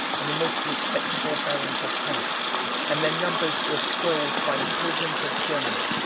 and the most respectable barons of france and their numbers were swelled by the pilgrims of germany,